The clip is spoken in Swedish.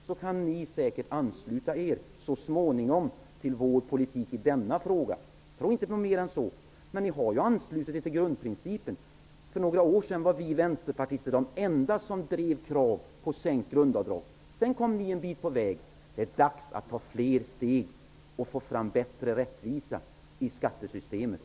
Då kan ni säkert så småningom ansluta er till vår politik i denna fråga. Jag tror inte på mer än så. Men ni har anslutit er till grundprincipen. För några år sedan var vi vänsterpartister de enda som drev kravet på sänkt grundavdrag. Sedan kommer ni en bit på väg. Det är dags att ta fler steg och få fram bättre rättvisa i skattesystemet.